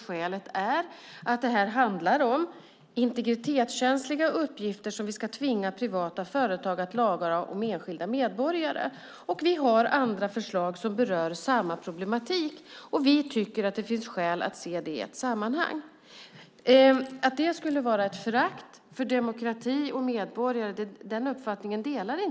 Skälet är att det handlar om integritetskänsliga uppgifter om enskilda medborgare som vi ska tvinga privata företag att lagra. Vi har andra förslag som berör samma problematik, och vi tycker att det finns skäl att se det i ett sammanhang. Jag delar inte uppfattningen att det skulle vara ett förakt för demokrati och medborgare.